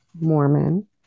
Mormon